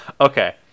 okay